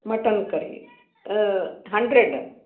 mutton curry hundred